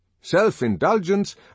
Self-indulgence